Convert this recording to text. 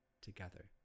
together